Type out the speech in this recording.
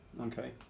okay